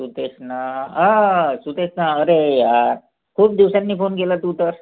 सुतेशना सुतेशना अरे यार खूप दिवसांनी फोन केला तू तर